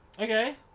Okay